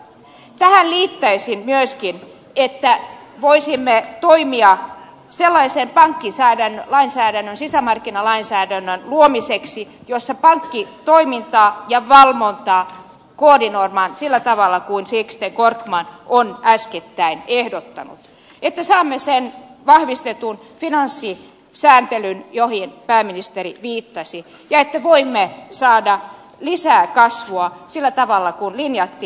tähän liittäisin myöskin että voisimme toimia sellaisen pankkilainsäädännön sisämarkkinalainsäädännön luomiseksi jossa pankkitoimintaa ja valvontaa koordinoidaan sillä tavalla kuin sixten korkman on äskettäin ehdottanut että saamme sen vahvistetun finanssisääntelyn johon pääministeri viittasi ja että voimme saada lisää kasvua sillä tavalla kuin linjattiin